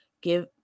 give